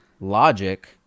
logic